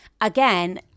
again